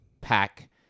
pack